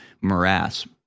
morass